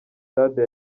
stade